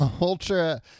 Ultra